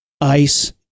ice